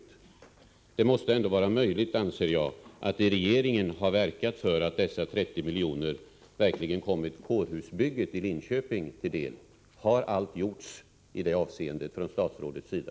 Det måste enligt min åsikt ändå ha varit möjligt för statsrådet att i regeringen ha verkat för att dessa 30 miljoner verkligen kommit kårhusbygget i Linköping till del. Har allt gjorts i det avseendet från statsrådets sida?